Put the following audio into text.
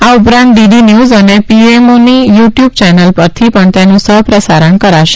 આ ઉપરાંત DD news અને પીએમઓની યુ ટયુબ યેનલ પરથી પણ તેનું સહપ્રસારણ કરાશે